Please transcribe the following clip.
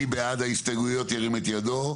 מי בעד ההסתייגויות שירים את ידו.